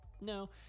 No